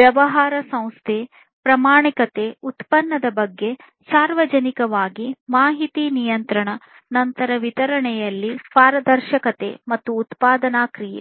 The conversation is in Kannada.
ವ್ಯವಹಾರ ಸಂಸ್ಥೆ ಪ್ರಾಮಾಣಿಕತೆ ಉತ್ಪನ್ನದ ಬಗ್ಗೆ ಸಾರ್ವಜನಿಕವಾಗಿ ಮಾಹಿತಿ ನಿಯಂತ್ರಣ ನಂತರ ವಿತರಣೆಯಲ್ಲಿ ಪಾರದರ್ಶಕತೆ ಮತ್ತು ಉತ್ಪಾದನಾ ಪ್ರಕ್ರಿಯೆ